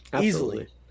Easily